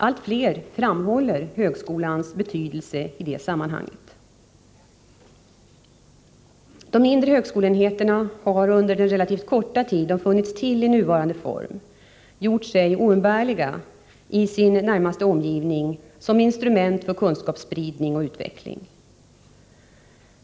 Allt fler framhåller högskolans betydelse i detta sammanhang. De mindre högskoleenheterna har under den relativt korta tid de funnits till i den nuvarande formen gjort sig oumbärliga i sin omgivning som instrument för kunskapsspridning och utveckling.